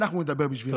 אנחנו נדבר בשבילם.